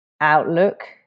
outlook